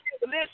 Listen